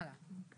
הלאה.